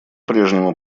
прежнему